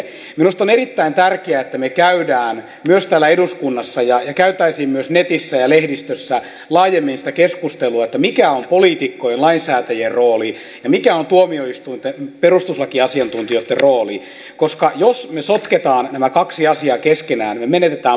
minusta on erittäin tärkeää että me käymme myös täällä eduskunnassa ja kävisimme myös netissä ja lehdistössä laajemmin sitä keskustelua mikä on poliitikkojen lainsäätäjien rooli ja mikä on tuomioistuinten perustuslakiasiantuntijoitten rooli koska jos me sotkemme nämä kaksi asiaa keskenään me menetämme paljon